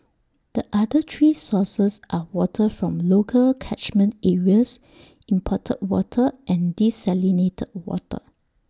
the other three sources are water from local catchment areas imported water and desalinated water